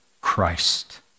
Christ